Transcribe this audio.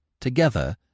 together